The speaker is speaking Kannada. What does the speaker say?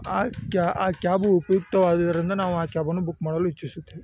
ಆ ಆ ಕ್ಯಾಬು ಉಪಯುಕ್ತವಾದದರಿಂದ ನಾವು ಆ ಕ್ಯಾಬನ್ನು ಬುಕ್ ಮಾಡಲು ಇಚ್ಛಿಸುತ್ತೇವೆ